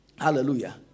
Hallelujah